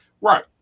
Right